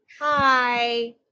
Hi